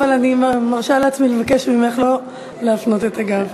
אבל אני מרשה לעצמי לבקש ממך לא להפנות את הגב.